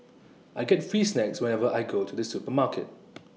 I get free snacks whenever I go to the supermarket